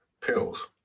pills